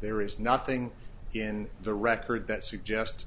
there is nothing in the record that suggest